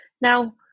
Now